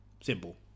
simple